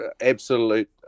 absolute